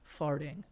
farting